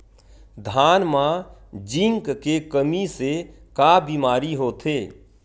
धान म जिंक के कमी से का बीमारी होथे?